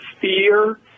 fear